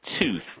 tooth